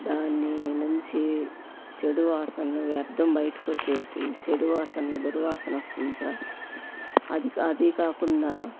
దాని నుంచి చెడు వాసన వ్యర్థం బయటికి వచ్చేసి చెడు వాసన దుర్వాసన వస్తుంది సర్ అది అది కాకుండా